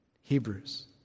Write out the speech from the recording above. Hebrews